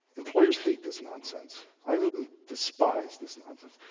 employers hate this nonsense. i mean, despise this nonsense.